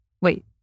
wait